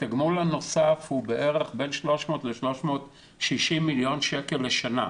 התגמול הנוסף הוא בערך בין 300-360 מיליון שקל לשנה.